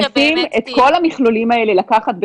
אנחנו מנסים את כל המכלולים האלה לקחת בחשבון.